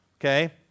okay